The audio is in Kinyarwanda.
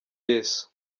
yesu